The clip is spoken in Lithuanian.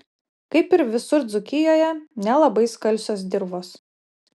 kaip ir visur dzūkijoje nelabai skalsios dirvos